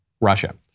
Russia